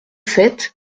sept